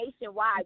nationwide